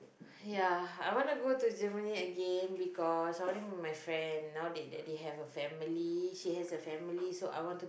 ya I want to go to Germany again because I telling my friend now that they have a family she has a family so I wanted to